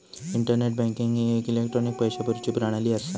internet banking ही एक electronic पैशे भरुची प्रणाली असा